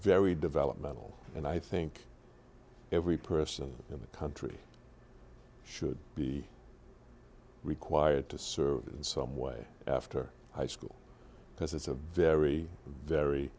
very developmental and i think every person in that country should be required to serve in some way after high school because it's a very very